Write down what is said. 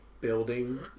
building